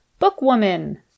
Bookwoman